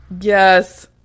Yes